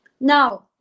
now